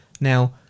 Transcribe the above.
now